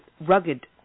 rugged